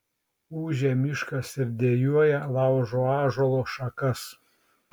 ūžia miškas ir dejuoja laužo ąžuolo šakas